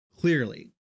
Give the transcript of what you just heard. clearly